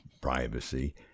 privacy